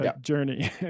Journey